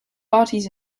parties